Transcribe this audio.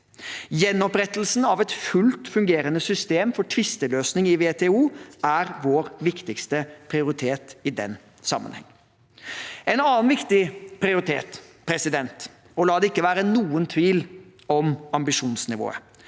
Gjenopprettelsen av et fullt fungerende system for tvisteløsning i WTO er vår viktigste prioritet i den sammenheng. En annen viktig prioritet, og la det ikke være noen tvil om ambisjonsnivået,